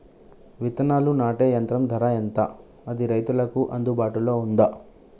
విత్తనాలు నాటే యంత్రం ధర ఎంత అది రైతులకు అందుబాటులో ఉందా?